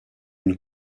une